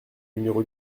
numéro